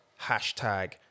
hashtag